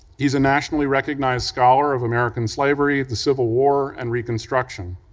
he's a nationally recognized scholar of american slavery, the civil war, and reconstruction.